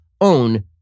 own